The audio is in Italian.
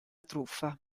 truffa